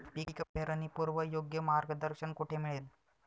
पीक पेरणीपूर्व योग्य मार्गदर्शन कुठे मिळेल?